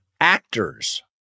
actors